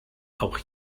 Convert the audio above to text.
auch